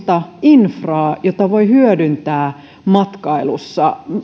infra jota voi hyödyntää matkailussa